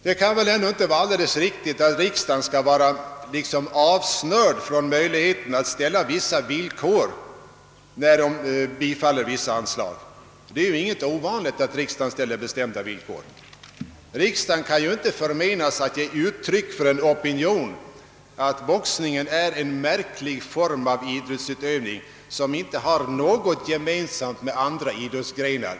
Det kan väl ändå inte vara riktigt att riksdagen skall vara utestängd från möjligheten att ställa villkor när den bifaller vissa förslag om anslag. Det är ju inget ovanligt att så sker. Riksdagen kan inte förmenas att ge uttryck för en opinion att boxningen är en märklig form av idrottsutövning, som inte har något gemensamt med andra idrottsgrenar.